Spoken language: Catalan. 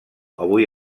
avui